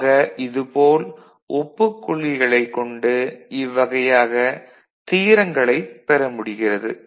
ஆக இதுபோல் ஒப்புக் கொள்கைகளைக் கொண்டு இவ்வகையாக தியரங்களைப் பெற முடிகிறது